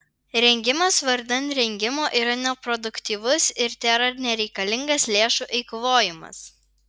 rengimas vardan rengimo yra neproduktyvus ir tėra nereikalingas lėšų eikvojimas